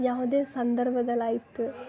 ಯಾವುದೇ ಸಂದರ್ಭದಲ್ಲಿ ಆಯ್ತು